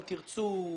אם תרצו,